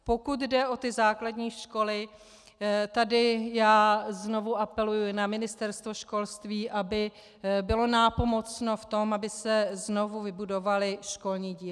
Pokud jde o ty základní školy, tady já znovu apeluji na Ministerstvo školství, aby bylo nápomocno v tom, aby se znovu vybudovaly školní dílny.